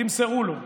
תמסרו לו.